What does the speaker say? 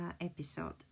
episode